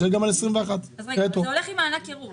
אז שיהיה גם על 2021. זה הולך עם מענק קירור.